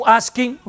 asking